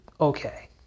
okay